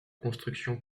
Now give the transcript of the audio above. construction